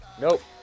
nope